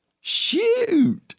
Shoot